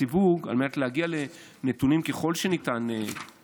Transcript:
הסיווג הוא על מנת להגיע לנתונים מדויקים ככל שניתן על השאילתה.